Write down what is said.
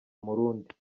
murundi